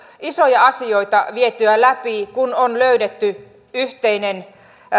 isoja asioita vietyä läpi kun on löydetty yhteinen